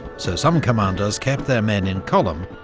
so some commanders kept their men in column,